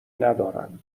ندارم